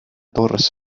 torres